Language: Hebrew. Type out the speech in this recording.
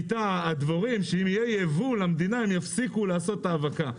בשביתה שאם יהיה ייבוא למדינה הן יפסיקו לעשות האבקה.